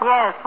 Yes